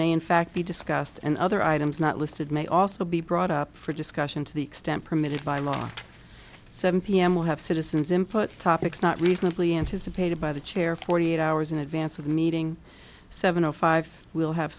may in fact be discussed and other items not listed may also be brought up for discussion to the extent permitted by law seven pm will have citizens input topics not reasonably anticipated by the chair forty eight hours in advance of the meeting seventy five will have